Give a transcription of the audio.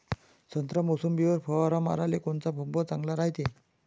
संत्रा, मोसंबीवर फवारा माराले कोनचा पंप चांगला रायते?